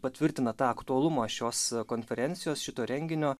patvirtina tą aktualumą šios konferencijos šito renginio